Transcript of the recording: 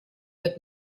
wird